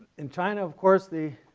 in china of course the